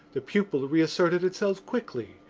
the pupil reasserted itself quickly,